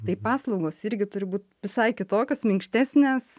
tai paslaugos irgi turi būt visai kitokios minkštesnės